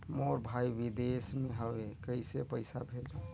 मोर भाई विदेश मे हवे कइसे पईसा भेजो?